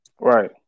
right